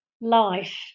life